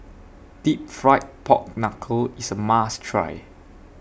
Deep Fried Pork Knuckle IS A must Try